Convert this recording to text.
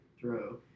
throw